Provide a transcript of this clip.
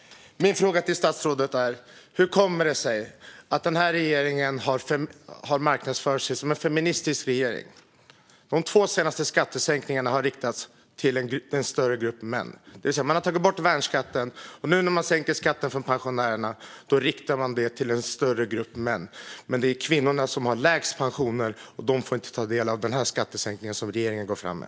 Min fråga till statsrådet är: Hur kommer det sig att denna regering har marknadsfört sig som en feministisk regering? De två senaste skattesänkningarna har riktats till en större grupp män. Man har tagit bort värnskatten, och nu när man sänker skatten för pensionärerna riktar man sig till en större grupp män. Men det är kvinnorna som har lägst pensioner, och de får inte ta del av den skattesänkning som regeringen går fram med.